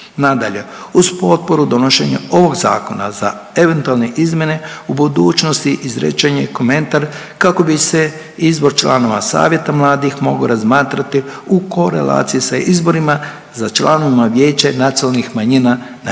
Nadalje, uz potporu donošenja ovog Zakona za eventualne izmjene u budućnosti izrečen je komentar kako bi se izbor članova savjeta mladih mogao razmatrati u korelaciji sa izborima za članovima vijeće nacionalnih manjina na